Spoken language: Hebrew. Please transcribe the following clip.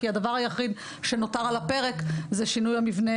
כי הדבר היחיד שנותר על הפרק זה שינוי המבנה